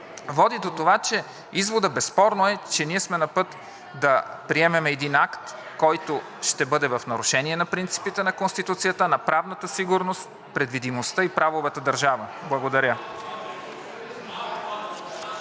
води до това, че изводът безспорно е, че ние сме напът да прием един акт, който ще бъде в нарушение на принципите на Конституцията, на правната сигурност, предвидимостта и правовата държава. Благодаря.